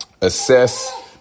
assess